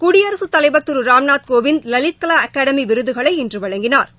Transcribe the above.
குடியரசுத் தலைவா் திரு ராம்நாத் கோவிந்த் லலித்கலா அகாடமி விருதுகளை இன்று வழங்கினாா்